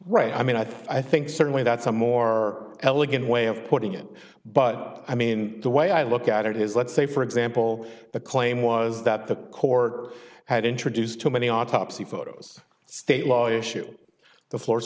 right i mean i think i think certainly that's a more elegant way of putting it but i mean the way i look at it is let's say for example the claim was that the court had introduced too many autopsy photos state law issue the floor